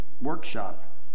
workshop